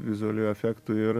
vizualiųjų efektų ir